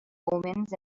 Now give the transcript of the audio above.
omens